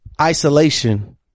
isolation